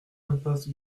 impasse